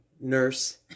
nurse